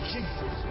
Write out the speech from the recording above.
Jesus